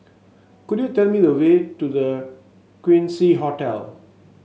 could you tell me the way to The Quincy Hotel